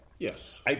Yes